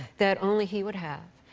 that only he would have?